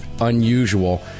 unusual